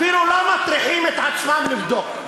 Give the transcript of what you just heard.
אפילו לא מטריחים את עצמם לבדוק.